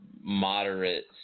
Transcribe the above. moderate